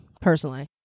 personally